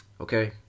okay